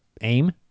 aim